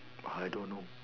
I don't know